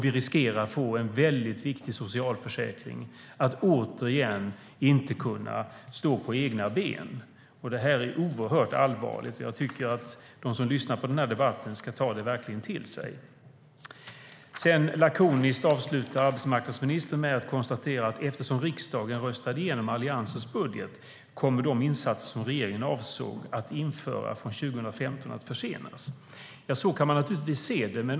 Vi riskerar då att en väldigt viktig socialförsäkring återigen inte kommer att kunna stå på egna ben. Det här är oerhört allvarligt. Jag tycker att de som lyssnar på den här debatten verkligen ska ta detta till sig. Så kan man naturligtvis se det.